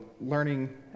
learning